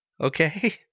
Okay